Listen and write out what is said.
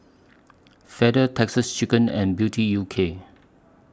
Feather Texas Chicken and Beauty U K